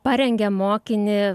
parengia mokinį